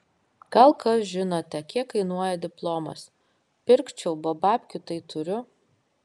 gal kas žinote kiek kainuoja diplomas pirkčiau bo babkių tai turiu